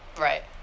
Right